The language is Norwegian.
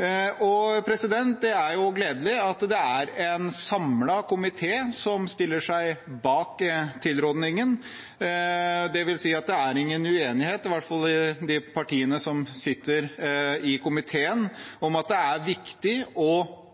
Det er gledelig at det er en samlet komité som stiller seg bak tilrådingen, dvs. at det er ingen uenighet – i de partiene som sitter i komiteen, i hvert fall – om at det er viktig å